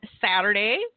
Saturday